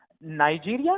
Nigeria